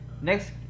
Next